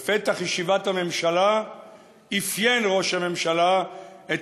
בפתח ישיבת הממשלה אפיין ראש הממשלה את